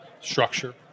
structure